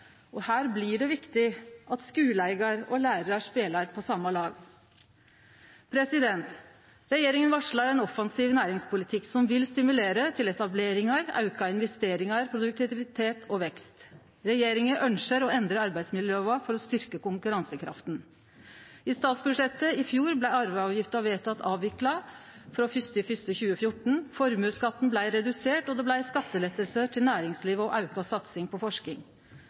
lærarar. Her blir det viktig at skuleeigar og lærarar spelar på same lag. Regjeringa varslar ein offensiv næringspolitikk, som vil stimulere til etableringar, auka investeringar, produktivitet og vekst. Regjeringa ønskjer å endre arbeidsmiljølova for å styrkje konkurransekrafta. I statsbudsjettet i fjor blei arveavgifta vedteken avvikla frå 1. januar 2014, formuesskatten blei redusert, og det blei skattelettar til næringslivet og auka satsing på forsking.